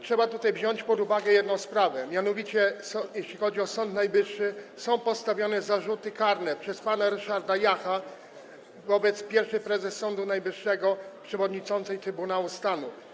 Trzeba tutaj wziąć pod uwagę jedno, mianowicie jeśli chodzi o Sąd Najwyższy, są postawione zarzuty karne przez pana Ryszarda Jacha wobec pierwszej prezes Sądu Najwyższego, przewodniczącej Trybunału Stanu.